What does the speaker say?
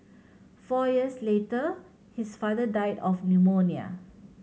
four years later his father died of pneumonia